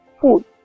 food